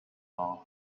laugh